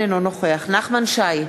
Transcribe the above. אינו נוכח נחמן שי,